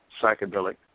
psychedelic